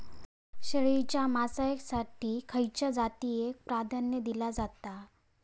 शेळीच्या मांसाएसाठी खयच्या जातीएक प्राधान्य दिला जाता?